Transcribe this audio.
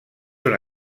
una